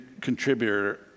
contributor